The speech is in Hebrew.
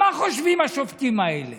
מה חושבים השופטים האלה?